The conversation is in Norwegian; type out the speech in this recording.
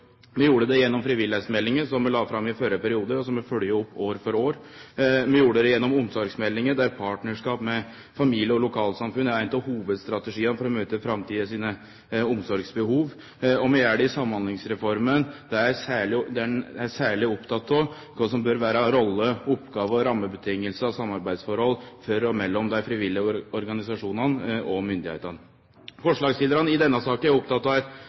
gjorde det gjennom frivilligheitsmeldinga som vi la fram i førre periode, og som vi følgjer opp år for år. Vi gjorde det gjennom omsorgsmeldinga, der partnarskap med familie og lokalsamfunn er ein av hovudstrategiane for å møte omsorgsbehovet i framtida, og vi gjer det i Samhandlingsreforma, der ein er særleg oppteken av kva som bør vere roller, oppgåver, rammevilkår og samarbeidsforhold for og mellom dei frivillige organisasjonane og myndigheitene. Forslagsstillarane i denne saka er opptekne av eit